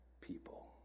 people